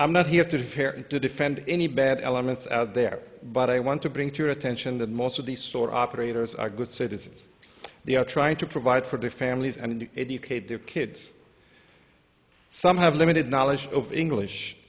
fair to defend any bad elements out there but i want to bring to your attention that most of the store operators are good citizens they are trying to provide for their families and educate their kids some have limited knowledge of english